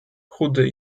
chudy